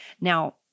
Now